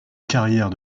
carrière